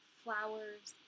flowers